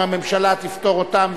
אם הממשלה תפטור אותן,